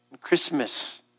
Christmas